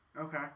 Okay